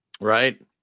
Right